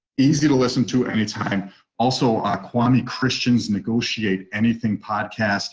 easy to listen to anytime also ah kwame christians negotiate anything podcast